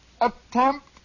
attempt